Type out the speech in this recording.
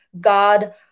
God